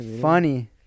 Funny